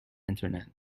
internet